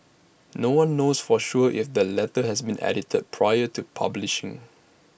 no one knows for sure if the letter had been edited prior to publishing